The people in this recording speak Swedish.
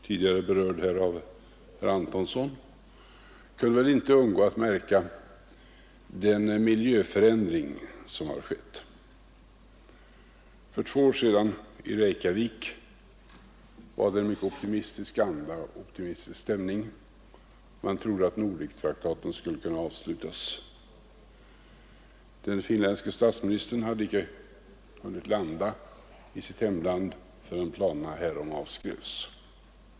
tidigare berörd här av herr Antonsson — kunde väl inte undgå att märka den miljöförändring som har skett. För två år sedan, i Reykjavik, var det en mycket optimistisk anda, en optimistisk stämning Man trodde att Nordektraktaten skulle kunna avslutas. Den finländske statsministern hade icke hunnit landa i sitt hemland förrän planerna härpå avskrevs.